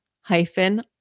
hyphen